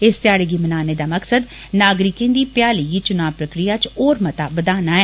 इस दिन गी मनाने दा मकसद नागरिकें दी भ्याली गी चुना प्रक्रिया च होर मता बदाना ऐ